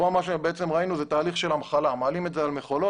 אנחנו רואים שמעלים את זה על מכולות